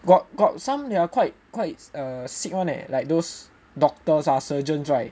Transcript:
got got some they are quite quite err sick [one] eh like those doctors ah surgeons right